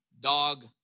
dog